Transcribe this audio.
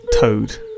toad